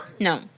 No